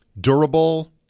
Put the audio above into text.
durable